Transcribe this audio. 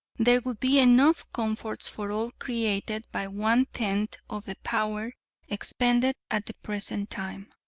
there would be enough comforts for all created by one-tenth of the power expended at the present time.